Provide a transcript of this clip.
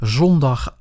zondag